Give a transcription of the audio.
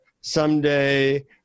someday